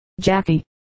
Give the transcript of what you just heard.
Jackie